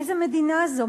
איזו מדינה זו?